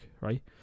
right